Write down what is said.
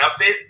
update